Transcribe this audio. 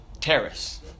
Terrace